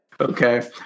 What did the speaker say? Okay